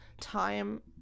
time